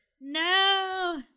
no